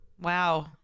Wow